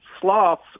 sloth's